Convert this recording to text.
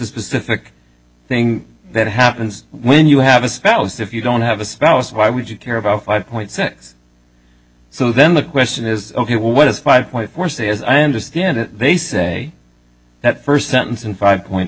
specific thing that happens when you have a spouse if you don't have a spouse why would you care about five point six so then the question is ok what is five point four c as i understand it they say that first sentence in five point